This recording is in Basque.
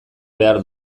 behar